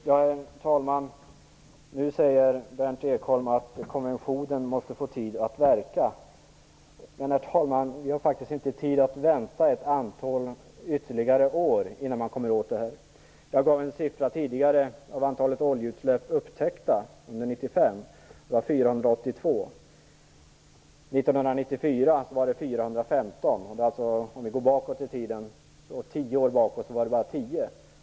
Herr talman! Nu säger Berndt Ekholm att konventionen måste få tid att verka. Men, herr talman, vi har faktiskt inte tid att vänta ytterligare ett antal år innan man kommer åt detta. Jag gav tidigare en siffra på antalet oljeutsläpp upptäckta under 1995. Det var 482. 1994 var det 415. Om vi går tio år bakåt i tiden var det bara tio.